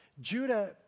Judah